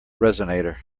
resonator